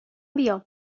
بیا